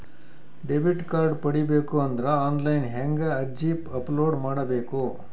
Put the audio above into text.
Debit card ಪಡಿಬೇಕು ಅಂದ್ರ online ಹೆಂಗ್ ಅರ್ಜಿ ಅಪಲೊಡ ಮಾಡಬೇಕು?